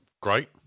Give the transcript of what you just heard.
great